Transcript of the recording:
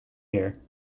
here